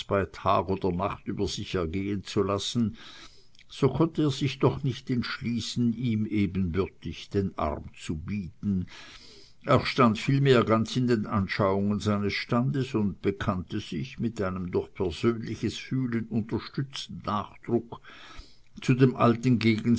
tag oder nacht über sich ergehen zu lassen so konnt er sich doch nicht entschließen ihm ebenbürtig den arm zu bieten er stand vielmehr ganz in den anschauungen seines standes und bekannte sich mit einem durch persönliches fühlen unterstützten nachdruck zu dem alten